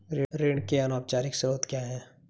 ऋण के अनौपचारिक स्रोत क्या हैं?